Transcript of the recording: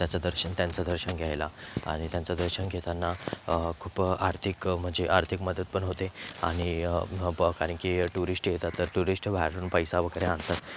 त्याचं दर्शन त्यांचं दर्शन घ्यायला आणि त्यांचं दर्शन घेताना खूप आर्थिक म्हणजे आर्थिक मदत पण होते आणि प कारण की टुरिष्ट येतात तर टुरिष्ट हे बाहेरून पैसा वगैरे आणतात